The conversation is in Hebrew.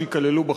שייכללו בחוק.